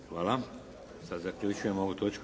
Hvala. Zaključujem ovu točku